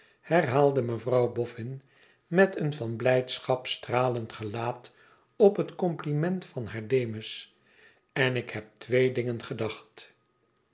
herhaalde mevrouw bofn met een van blijdschap stralend gelaat op het compliment van haar demus enik heb twee dingen gedacht